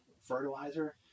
Fertilizer